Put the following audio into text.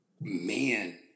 Man